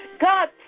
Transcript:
God